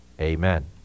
Amen